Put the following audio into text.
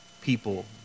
people